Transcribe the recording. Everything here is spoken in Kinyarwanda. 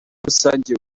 rusange